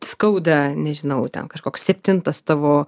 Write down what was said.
skauda nežinau ten kažkoks septintas tavo